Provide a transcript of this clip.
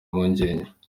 impungenge